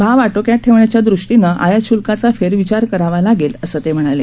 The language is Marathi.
भाव आटोक्यात ठेवण्याच्या दृष्टीने आयात श्ल्काचा फेरविचार करावा लागेल असं ते म्हणाले